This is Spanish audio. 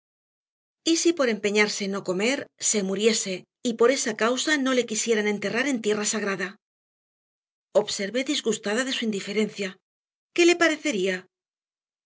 si por empeñarse en no comer se muriese y por esa causa no le quisieran enterrar en tierra sagrada observé disgustada de su indiferencia qué le parecería